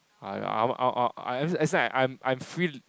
I I as in I'm free